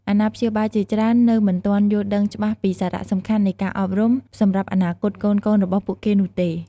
អាណាព្យាបាលជាច្រើននៅមិនទាន់យល់ដឹងច្បាស់ពីសារៈសំខាន់នៃការអប់រំ សម្រាប់អនាគតកូនៗរបស់ពួកគេនោះទេ។